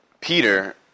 Peter